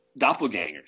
Doppelgangers